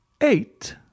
Eight